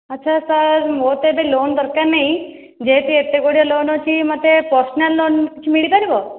ଆଚ୍ଛା ସାର୍ ମୋର ତ ଏବେ ଲୋନ୍ ଦରକାର ନାହିଁ ଯେହେତୁ ଏତେଗୁଡ଼ିଏ ଲୋନ୍ ଅଛି ମୋତେ ପର୍ଶନାଲ୍ ଲୋନ୍ କିଛି ମିଳିପାରିବ